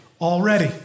already